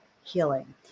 healing